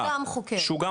שהוא גם חוקר, שהוא משלב.